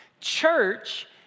Church